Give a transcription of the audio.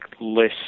less